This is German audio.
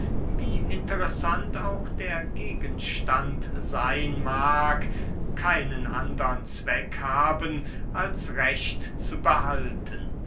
wie interessant auch der gegenstand seyn mag keinen andern zweck haben als recht zu behalten